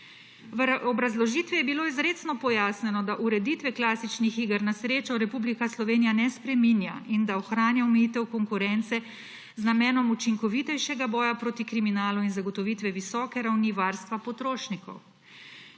V obrazložitvi je bilo izrecno pojasnjeno, da ureditve klasičnih iger na srečo Republika Slovenija ne spreminja in da ohranja omejitev konkurence z namenom učinkovitejšega boja proti kriminalu in zagotovitve visoke ravni varstva potrošnikov.